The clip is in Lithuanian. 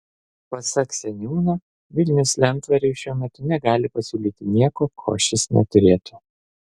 pasak seniūno vilnius lentvariui šiuo metu negali pasiūlyti nieko ko šis neturėtų